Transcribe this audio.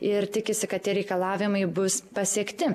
ir tikisi kad tie reikalavimai bus pasiekti